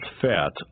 fat